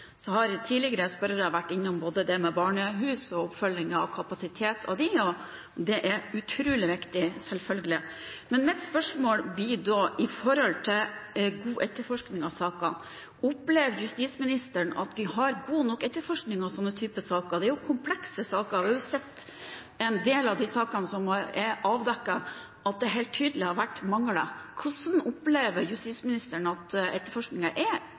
Så har tidligere spørrere vært innom både det med barnehus og oppfølging av kapasitet på disse, og det er utrolig viktig selvfølgelig. Men mine spørsmål blir da i forhold til god etterforskning av sakene: Opplever justisministeren at de har god nok etterforskning av sånne typer saker? Det er komplekse saker. Vi har sett i en del av de sakene som er avdekket, at det helt tydelig har vært mangler. Hvordan opplever justisministeren at etterforskningen er